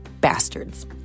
bastards